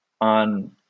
on